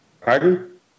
Pardon